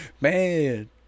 Man